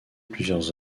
plusieurs